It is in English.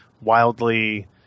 wildly